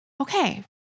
okay